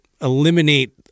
eliminate